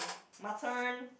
my turn